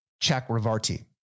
Chakravarti